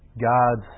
God's